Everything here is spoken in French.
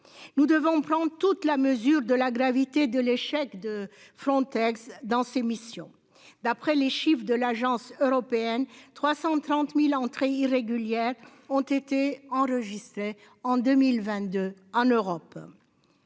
Nous devons prendre toute la mesure de la gravité de l'échec de Frontex dans ses missions. D'après les chiffres de l'Agence européenne 330.000 entrées irrégulières ont été enregistrés en 2022 en Europe.